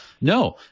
No